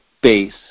base